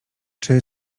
czy